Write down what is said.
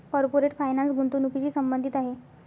corporate finance गुंतवणुकीशी संबंधित आहे